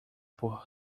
por